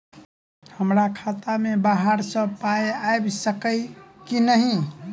हमरा खाता मे बाहर सऽ पाई आबि सकइय की नहि?